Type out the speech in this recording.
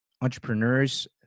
entrepreneurs